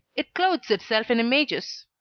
it clothes itself in images.